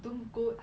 don't go